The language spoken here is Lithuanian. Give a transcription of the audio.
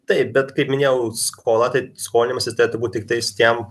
taip bet kaip minėjau skola tai skolinimasis turėtų būt tiktais tiem